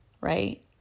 right